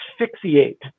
asphyxiate